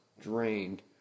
Drained